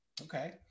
Okay